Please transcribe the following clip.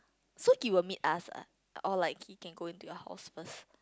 so he will meet us ah or like he can go into your house first